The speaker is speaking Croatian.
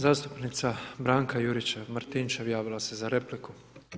Zastupnica Branka Juričev Martinčev javila se za repliku.